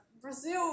Brazil